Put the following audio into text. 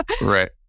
Right